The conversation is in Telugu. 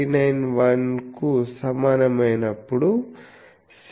391 కు సమానమైనప్పుడు sincY 0